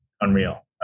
unreal